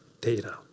data